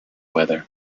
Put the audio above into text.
weather